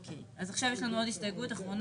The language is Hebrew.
אוקיי, אז עכשיו יש לנו עוד הסתייגות אחרונה.